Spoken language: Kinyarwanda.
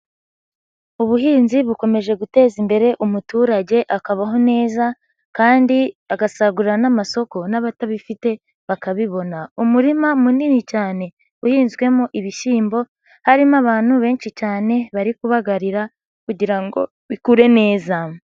Ubuhinzi bukomeje guteza imbere umuturage akabaho neza kandi agasagurira n'amasoko, n'abatabifite bakabibona. Umurima munini cyane uhinzwemo ibishyimbo, harimo abantu benshi cyane bari kubagarira kugira ngo bikure neza.